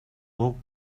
буг